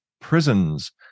prisons